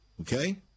Okay